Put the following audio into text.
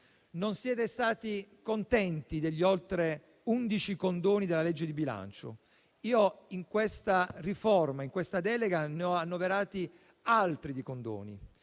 Non siete stati contenti degli oltre 11 condoni della legge di bilancio. In questa riforma, in questo disegno di legge delega, sono annoverati altri condoni.